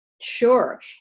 Sure